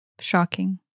shocking